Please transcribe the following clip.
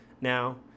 now